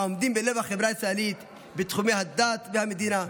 העומדים בלב החברה הישראלית, בתחומי הדת והמדינה,